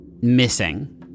missing